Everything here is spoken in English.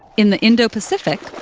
in the indo-pacific,